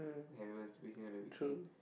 I was busy on the weekend